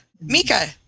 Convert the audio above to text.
Mika